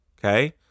Okay